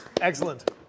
Excellent